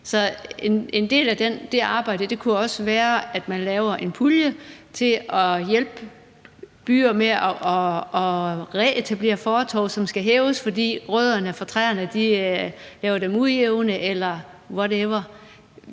Så en del af det arbejde kunne jo også være, at man laver en pulje til at hjælpe byer med at reetablere fortove, som skal hæves, fordi rødderne fra træerne gør dem ujævne eller whatever.